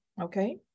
okay